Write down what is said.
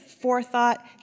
forethought